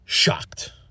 Shocked